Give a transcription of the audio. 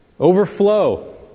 Overflow